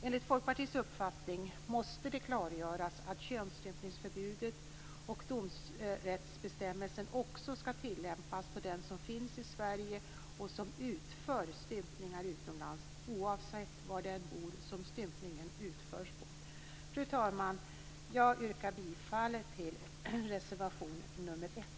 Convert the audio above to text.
Enligt Folkpartiets uppfattning måste det klargöras att könsstympningsförbudet och domsrättsbestämmelsen också skall tillämpas på den som finns i Sverige och som utför stympningar utomlands oavsett var den bor som stympningen utförs på. Fru talman! Jag yrkar bifall till reservation 1.